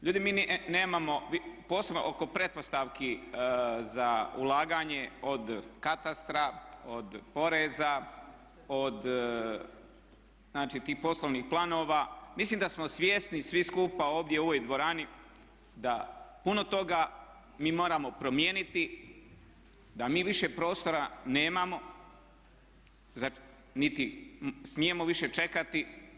Ljudi mi nemamo, posebno oko pretpostavki za ulaganje od katastra od poreza od znači tih poslovnih planova mislim da smo svjesni svi skupa ovdje u ovoj dvorani da puno toga mi moramo promijeniti, a mi više prostora nemamo niti smijemo više čekati.